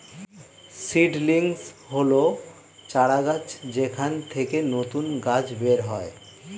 seedlings হল চারাগাছ যেখান থেকে নতুন গাছ বের হয়